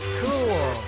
cool